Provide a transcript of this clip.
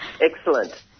Excellent